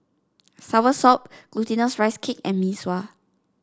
soursop Glutinous Rice Cake and Mee Sua